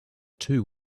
two